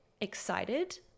excited